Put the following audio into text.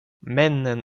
männen